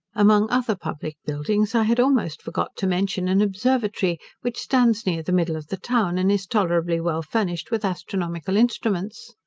among other public buildings, i had almost forgot to mention an observatory, which stands near the middle of the town, and is tolerably well furnished with astronomical instruments.